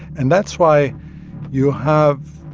and that's why you have,